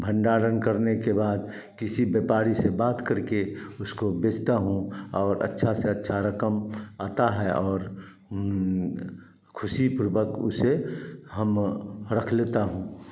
भंडारण करने के बाद किसी व्यापारी से बात करके उसको बेचता हूँ और अच्छा से अच्छा रक़म आता है और खुशीपूर्वक उसे हम रख लेता हूँ